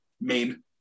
main